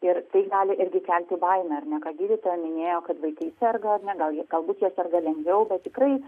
ir tai gali irgi kelti baimę ar ne ką gydytoja minėjo kad vaikai serga ar ne gal jie galbūt jie serga lengviau bet tikrai